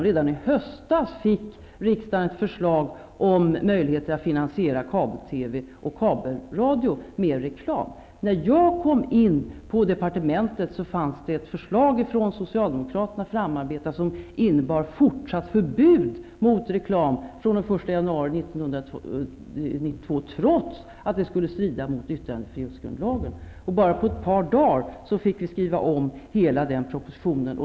Redan i höstas fick riksdagen ett förslag om möjligheter att finansiera kabel-TV och kabel-radio med reklam. När jag kom in på departementet fanns det ett förslag framarbetat av socialdemokraterna som innebar fortsatt förbud mot reklam från den 1 januari 1992, trots att det skulle strida mot yttrandefrihetsgrundlagen. Bara på ett par dagar fick vi skriva om hela den propositionen.